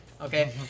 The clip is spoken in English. Okay